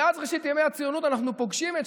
מאז ראשית ימי הציונות אנחנו פוגשים את